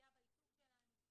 פגיעה בעיסוק שלנו?